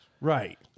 right